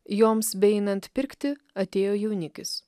joms beeinant pirkti atėjo jaunikis